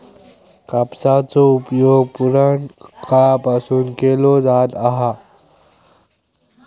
कापसाचो उपयोग पुराणकाळापासून केलो जाता हा